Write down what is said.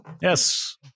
Yes